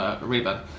River